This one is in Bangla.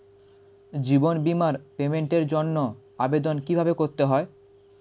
জীবন বীমার পেমেন্টের জন্য আবেদন কিভাবে করতে হয়?